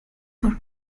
for